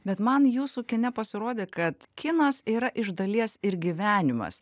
bet man jūsų kine pasirodė kad kinas yra iš dalies ir gyvenimas